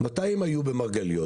מתי הם היו במרגליות,